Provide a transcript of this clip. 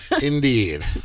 indeed